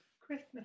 Christmas